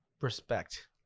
respect